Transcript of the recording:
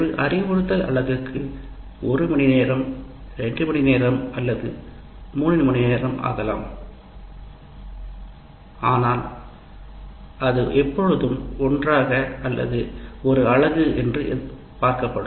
ஒரு அறிவுறுத்தல் அலகு 1 மணிநேரம் ஆகலாம் 2 மணிநேரம் அல்லது 3 மணிநேரம் ஆனால் அது எப்போதும் ஒன்றாக ஒரு அலகு என்று பார்க்கப்படும்